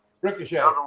Ricochet